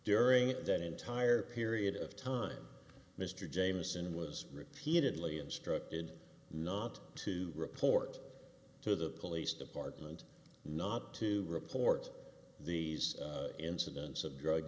during that entire period of time mr jamieson was repeatedly instructed not to report to the police department not to report these incidents of drug